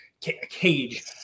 Cage